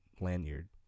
lanyard